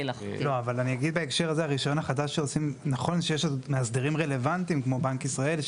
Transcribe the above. זה נכון שיש מאסדרים רלוונטיים, כמו בנק ישראל,